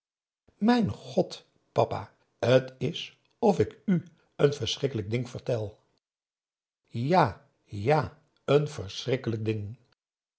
mijn god papa t is of ik u n verschrikkelijk ding vertel ja ja n verschrikkelijk ding